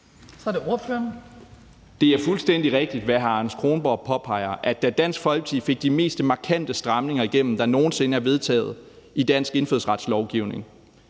Det er fuldstændig rigtigt, hvad hr. Anders Kronborg påpeger, nemlig at da Dansk Folkeparti fik de mest markante stramninger igennem, der nogen sinde er vedtaget i dansk indfødsretslovgivning,